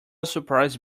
surprise